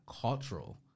cultural